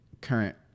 current